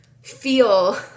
feel